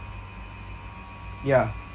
ya